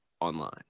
online